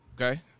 Okay